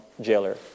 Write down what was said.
jailer